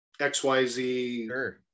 XYZ